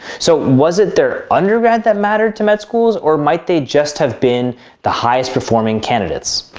so was it their undergrad that mattered to med school or might they just have been the highest performing candidates?